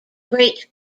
great